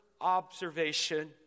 observation